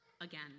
again